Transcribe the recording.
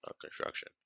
construction